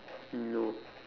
no